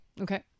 Okay